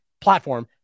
platform